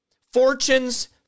fortunes